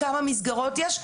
כמה מסגרות יש,